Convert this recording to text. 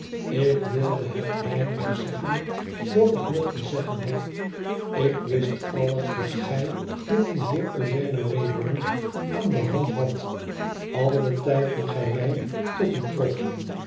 ik wilde het weinige zeggen dïat ik nog te zeggen heb ik wist alles wat gij met dien heer eugène wraybum aan de hand hadt al den tijd dien gij mij tot u trokt